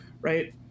right